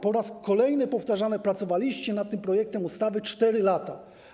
Po raz kolejny powtórzę, że pracowaliście nad tym projektem ustawy 4 lata.